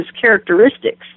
characteristics